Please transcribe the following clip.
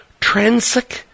Transic